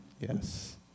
Yes